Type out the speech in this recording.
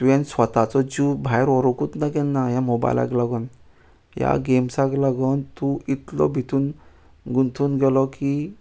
तुवें स्वताचो जीव भायर व्होरुकूच ना केन्ना ह्या मोबायलाक लागून या गेम्साक लागून तूं इतलो भितून गुंथून गेलो की